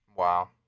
Wow